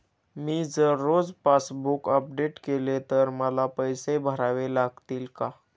मी जर रोज passbook update केले तर मला पैसे भरावे लागतील का?